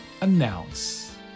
announce